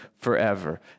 forever